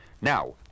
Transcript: Now